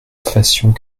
fassions